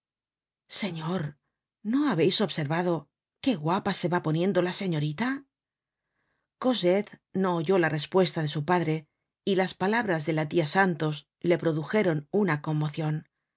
señor no habeis observado qué guapa se va poniendo la señorita cosette no oyó la respuesta de su padre y las palabras de la tia santos le produjeron una conmocion